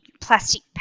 plastic